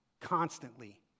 constantly